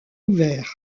ouvert